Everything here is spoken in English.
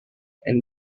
and